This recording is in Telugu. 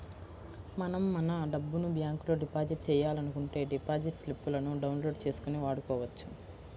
మనం మన డబ్బును బ్యాంకులో డిపాజిట్ చేయాలనుకుంటే డిపాజిట్ స్లిపులను డౌన్ లోడ్ చేసుకొని వాడుకోవచ్చు